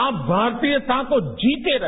आप भारतीयता को जीते रहे